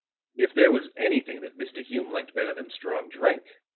if there was anything that mr. hume liked better than strong drink,